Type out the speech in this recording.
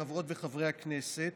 חברות וחברי הכנסת,